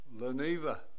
Leneva